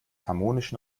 harmonischen